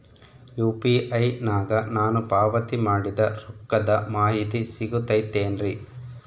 UPI ನಾಗ ನಾನು ಪಾವತಿ ಮಾಡಿದ ರೊಕ್ಕದ ಮಾಹಿತಿ ಸಿಗುತೈತೇನ್ರಿ?